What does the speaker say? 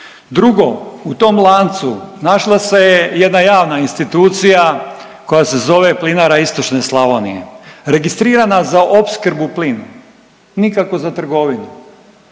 Drugo, u tom lancu našla se je jedna javna institucija koja se zove Plinara istočne Slavonije registrirana za opskrbu plinom, nikao za trgovinu.